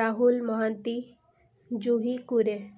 Rahul Mohanty Juhi Kure